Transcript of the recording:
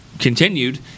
continued